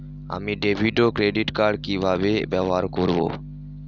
আমি ডেভিড ও credit card কি কিভাবে ব্যবহার করব?